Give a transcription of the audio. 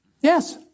Yes